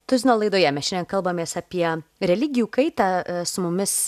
tuzino laidoje mes šiandien kalbamės apie religijų kaita su mumis